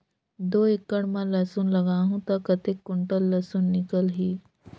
दो एकड़ मां लसुन लगाहूं ता कतेक कुंटल लसुन निकल ही?